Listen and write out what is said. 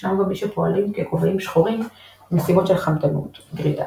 ישנם גם מי שפועלים ככובעים שחורים מסיבות של חמדנות גרידא